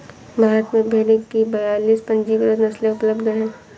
भारत में भेड़ की बयालीस पंजीकृत नस्लें उपलब्ध हैं